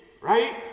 right